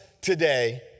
today